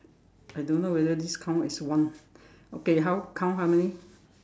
I don't know whether this count as one okay how count how many